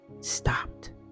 stopped